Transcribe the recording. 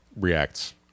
reacts